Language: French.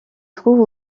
trouve